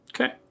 Okay